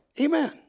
Amen